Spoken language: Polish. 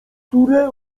które